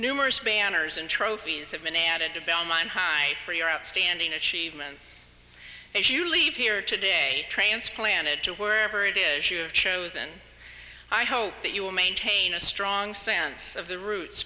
numerous banners and trophies have been added to the online high for your outstanding achievement if you leave here today transplanted to wherever it is you have chosen i hope that you will maintain a strong sense of the roots